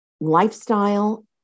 lifestyle